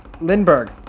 Lindbergh